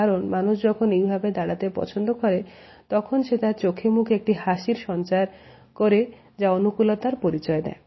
কারন মানুষ যখন এইভাবে দাঁড়াতে পছন্দ করে তখন সে তার চোখে মুখে একটি হাসির সঞ্চার করে যা অনুকূলতার পরিচয় দেয়